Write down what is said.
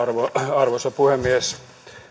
arvoisa puhemies